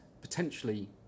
potentially